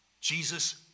Jesus